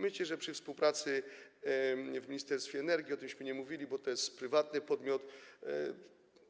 Myślę, że przy współpracy w Ministerstwie Energii - o tym nie mówiliśmy, bo to jest prywatny podmiot -